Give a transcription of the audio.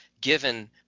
given